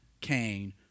Cain